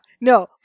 no